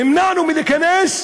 נמנע מאתנו להיכנס,